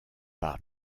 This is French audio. par